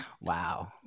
Wow